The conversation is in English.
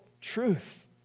truth